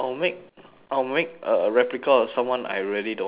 I'll make a replica of someone I really don't like right